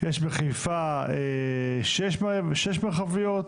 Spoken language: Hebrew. יש בחיפה שש מרחביות.